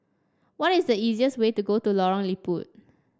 what is the easiest way to go to Lorong Liput